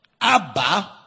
Abba